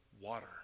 water